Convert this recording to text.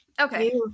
Okay